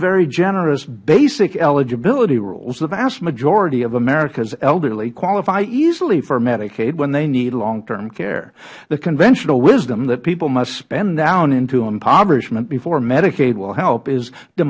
very generous basic eligibility rules the vast majority of americas elderly qualify easily for medicaid when they need long term care the conventional wisdom that people must spend down into impoverishment before medicaid will help is